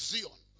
Zion